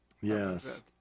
Yes